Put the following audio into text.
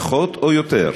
פחות או יותר,